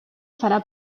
farà